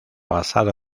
basado